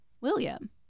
William